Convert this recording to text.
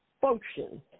function